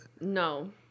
No